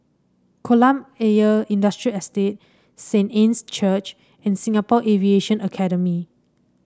Kolam Ayer Industrial Estate Saint Anne's Church and Singapore Aviation Academy